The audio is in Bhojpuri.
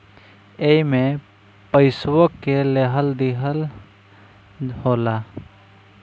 एईमे पइसवो के लेहल दीहल होला